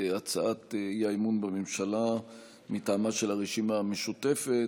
הצעת האי-אמון בממשלה מטעמה של הרשימה המשותפת,